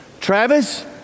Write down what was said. Travis